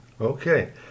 Okay